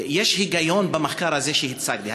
יש היגיון במחקר הזה שהצגתי.